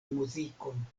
muzikon